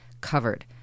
covered